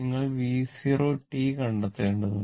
നിങ്ങൾ V 0 t കണ്ടെത്തേണ്ടതുണ്ട്